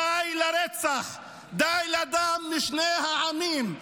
די לרצח, די לדם משני העמים.